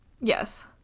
yes